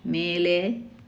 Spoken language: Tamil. மேலே